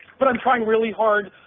but i'm trying really hard